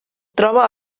troba